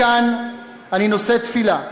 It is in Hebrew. מכאן אני נושא תפילה,